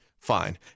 fine